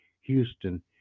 Houston